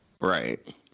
right